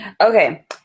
Okay